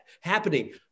happening